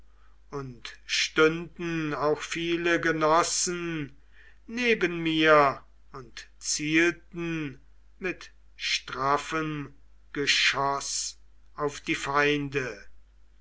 und stünden auch viele genossen neben mir und zielten mit straffem geschoß auf die feinde